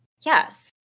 yes